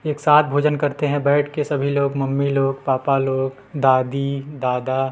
एक साथ भोजन करते हैं बैठ के सभी लोग मम्मी लोग पापा लोग दादी दादा